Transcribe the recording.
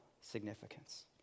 significance